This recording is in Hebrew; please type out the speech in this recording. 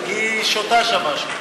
היא שותה שם משהו.